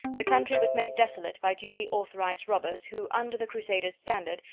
the country was made desolate by duly authorized robbers, who, under the crusaders' standard,